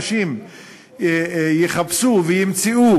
אנשים יחפשו וימצאו,